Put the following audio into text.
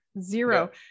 zero